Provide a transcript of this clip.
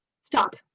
stop